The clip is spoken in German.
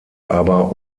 aber